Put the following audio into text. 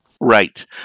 Right